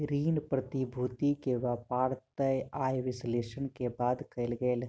ऋण प्रतिभूति के व्यापार तय आय विश्लेषण के बाद कयल गेल